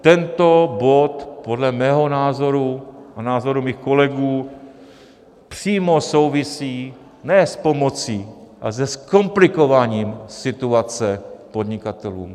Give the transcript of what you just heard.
Tento bod podle mého názoru a názoru mých kolegů přímo souvisí ne s pomocí, ale se zkomplikováním situace podnikatelům.